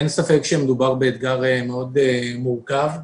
אין ספק שמדובר באתגר מורכב מאוד.